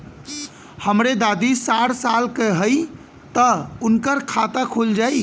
हमरे दादी साढ़ साल क हइ त उनकर खाता खुल जाई?